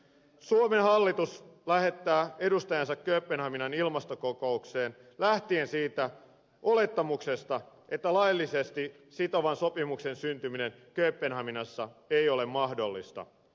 suomen hallitus lähettää edustajansa kööpenhaminan ilmastokokoukseen lähtien siitä olettamuksesta että laillisesti sitovan sopimuksen syntyminen kööpenhaminassa ei ole mahdollista